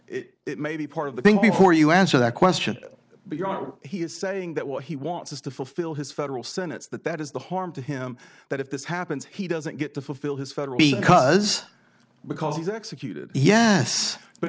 injury it may be part of the thing before you answer that question he is saying that what he wants is to fulfill his federal senate that that is the harm to him that if this happens he doesn't get to fulfill his federal cause because he's executed yes but